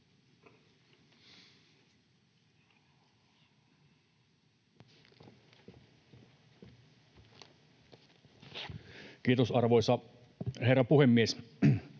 Content: Arvoisa herra puhemies!